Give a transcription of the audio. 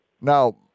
Now